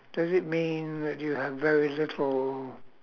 does it mean that you have very little